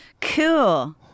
Cool